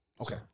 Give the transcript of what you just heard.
Okay